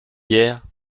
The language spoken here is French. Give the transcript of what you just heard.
hier